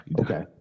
Okay